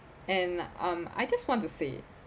and um I just want to say